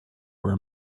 were